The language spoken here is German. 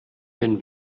den